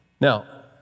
Now